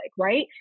right